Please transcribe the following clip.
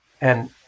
And-